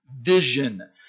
vision